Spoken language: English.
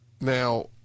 Now